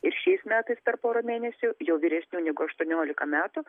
ir šiais metais per porą mėnesių jau vyresnių negu aštuoniolika metų